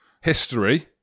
history